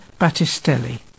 Battistelli